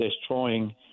destroying